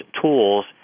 tools